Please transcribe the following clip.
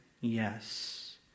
yes